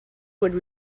would